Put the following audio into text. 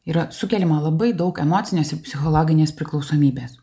yra sukeliama labai daug emocinės ir psichologinės priklausomybės